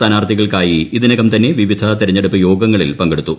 സ്ഥാനാർത്ഥികൾക്കായി ഇതി നകം തന്നെ വിവിധ തെരെഞ്ഞെടുപ്പ് യോഗങ്ങളിൽ പങ്കെടുത്തു